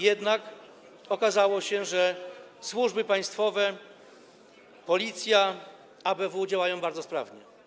Jednak okazało się, że służby państwowe, policja, ABW, działają bardzo sprawnie.